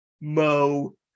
Mo